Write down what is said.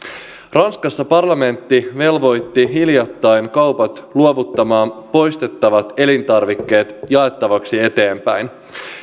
ranskassa parlamentti velvoitti hiljattain kaupat luovuttamaan poistettavat elintarvikkeet jaettavaksi eteenpäin